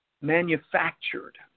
manufactured